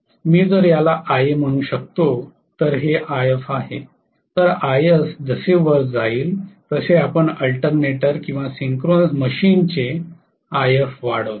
मी जर याला Ia म्हणू शकतो तर हे If आहे तर Ia जसे वर जाईल तसे आपण अल्टरनेटर किंवा सिंक्रोनस मशीनचे If वाढवितो